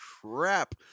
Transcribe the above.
Crap